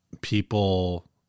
people